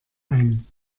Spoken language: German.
ein